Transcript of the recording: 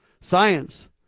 science